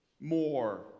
more